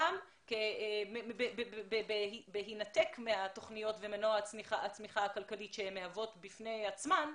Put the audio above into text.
גם בהינתק מהתוכניות ומנוע הצמיחה הכלכלי שהן מהוות בפני עצמן,